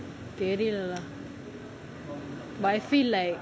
தெரில:terila lah but I feel like